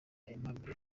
aimable